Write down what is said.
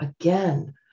again